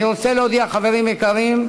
אני רוצה להודיע, חברים יקרים,